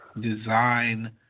design